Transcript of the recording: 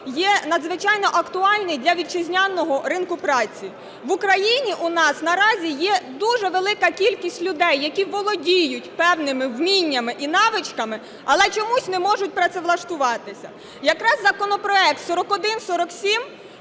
є надзвичайно актуальне для вітчизняного ринку праці. В Україні у нас на разі є дуже велика кількість людей, які володіють певними вміннями і навичками, але чомусь не можуть працевлаштуватися. Якраз законопроект 4147